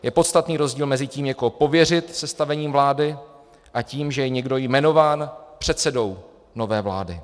Je podstatný rozdíl mezi tím někoho pověřit sestavením vlády a tím, že je někdo jmenován předsedou nové vlády.